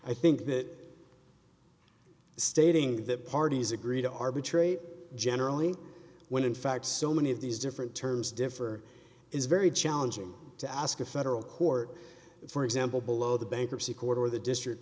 i think that stating that parties agreed to arbitrate generally when in fact so many of these different terms differ is very challenging to ask a federal court for example below the bankruptcy court or the district